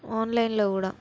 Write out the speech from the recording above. ఆన్లైన్లో కూడా